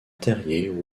terrier